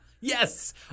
yes